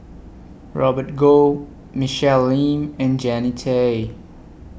Robert Goh Michelle Lim and Jannie Tay